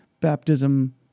baptism